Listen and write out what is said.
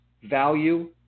Value